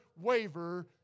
waver